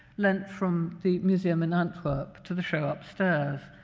lent from the museum in antwerp to the show upstairs,